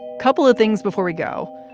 couple of things before we go.